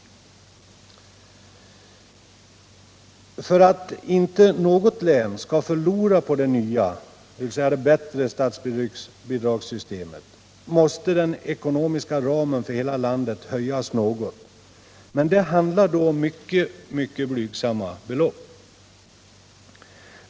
förbättra kollektiv För att inte något län skall förlora på det nya, bättre statsbidragssystemet måste den ekonomiska ramen för hela landet höjas något, men det handlar då om mycket blygsamma belopp.